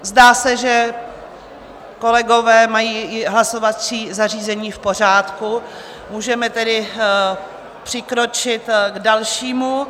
Zdá se, že kolegové mají hlasovací zařízení v pořádku, můžeme tedy přikročit k dalšímu.